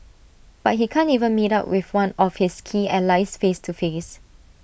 but he can't even meet up with one of his key allies face to face